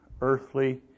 earthly